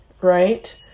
right